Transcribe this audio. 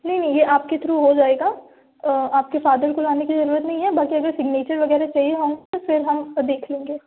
नहीं नहीं ये आपके थ्रू हो जाएगा आपके फादर को लाने की ज़रूरत नहीं है बाकी अगर सिग्नेचर वगैरह चाहिए हों तो फिर हम देख लेंगे